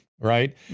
right